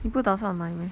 你不打算买 meh